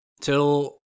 Till